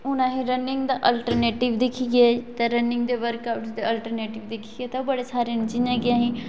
हून असें गी रन्निंग दा अलट्रनेटिब दिक्खियै बडे़ सारे जियां कि